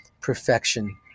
perfection